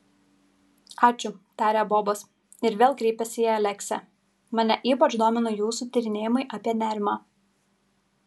ačiū tarė bobas ir vėl kreipėsi į aleksę mane ypač domina jūsų tyrinėjimai apie nerimą